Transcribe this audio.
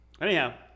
Anyhow